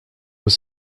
were